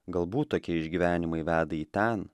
galbūt tokie išgyvenimai veda į ten